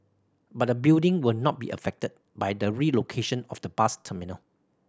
but the building will not be affected by the relocation of the bus terminal